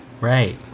right